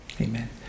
Amen